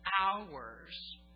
hours